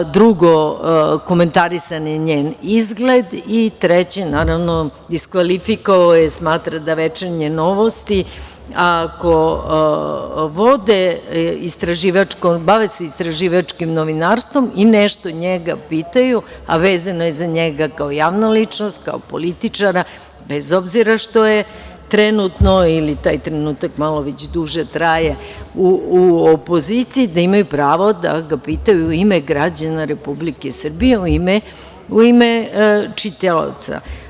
Drugo, komentarisan je njen izgled i treće, naravno, diskvalifikovao je jer smatra da „Večernje novosti“, ako se bave istraživačkim novinarstvom i nešto njega pitaju, a vezano je za njega, kao javnu ličnost, kao političara, bez obzira što je trenutno ili taj trenutak malo duže traje u opoziciji, da imaju pravo da ga pitaju u ime građana Republike Srbije, u ime čitaoca.